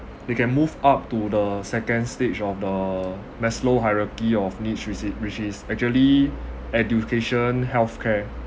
they can move up to the second stage of the maslow hierarchy of needs which is which is actually education health care